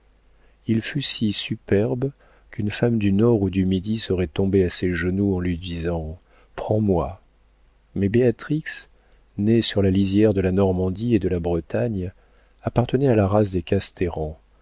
il fut si superbe qu'une femme du nord ou du midi serait tombée à genoux en lui disant prends-moi mais béatrix née sur la lisière de la normandie et de la bretagne appartenait à la race des casteran